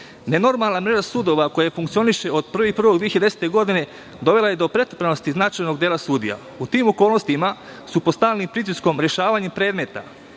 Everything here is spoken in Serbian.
sudija. Nenormalna mreža sudova koja funkcioniše od 1. januara 2010. godine, dovela je do pretrpanosti značajnog dela sudija. U tim okolnostima su pod stalnim pritiskom rešavanja predmeta,